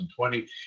2020